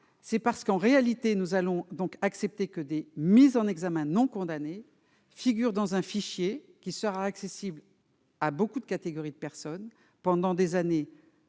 c'est parce qu'en réalité, nous allons donc accepter que des mises en examen non condamnées figurent dans un fichier qui sera accessible. à beaucoup de catégories de personnes pendant des années,